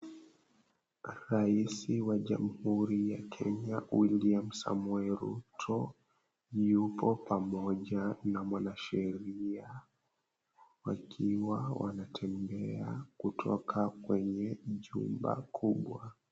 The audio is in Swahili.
Raisi wa Jamuhuri ya Kenya William Samoei Ruto yupo pamoja na mwanasheria wakiwa wanatembea kutoka kwenye jumba kubwa.